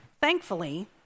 Thankfully